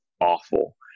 awful